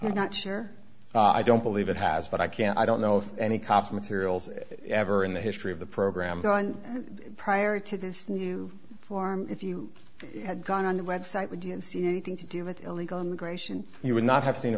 i'm not sure i don't believe it has but i can't i don't know if any cops materials ever in the history of the program go on prior to this new form if you had gone on the web site we didn't see anything to do with illegal immigration you would not have seen a